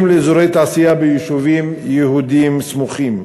לאזורי תעשייה ביישובים יהודיים סמוכים.